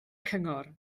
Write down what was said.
cyngor